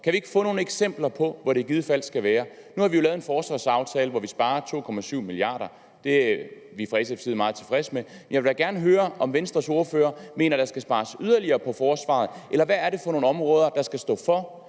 Kan vi ikke få nogle eksempler på, hvor det i givet fald skal være? Nu har vi jo lavet en forsvarsaftale, hvor vi sparer 2,7 mia. kr. Det er vi fra SF's side meget tilfredse med, men jeg vil da gerne høre, om Venstres ordfører mener, at der skal spares yderligere på forsvarsområdet, eller hvad det er for nogle områder, der skal stå for,